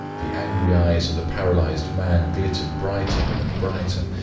the angry eyes of the paralyzed man glittered brighter and brighter.